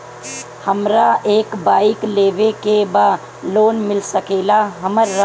हमरा एक बाइक लेवे के बा लोन मिल सकेला हमरा?